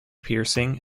piercing